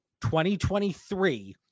2023